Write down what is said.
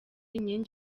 inkingi